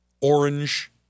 orange